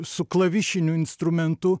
su klavišiniu instrumentu